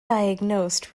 diagnosed